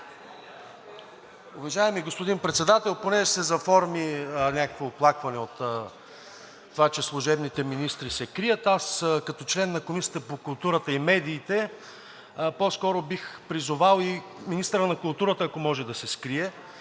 Уважаеми господин Председател, понеже се заформи някакво оплакване от това, че служебните министри се крият, аз като член на Комисията по културата и медиите по-скоро бих призовал и министърът на културата, ако може, да се скрие,